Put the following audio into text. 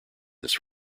this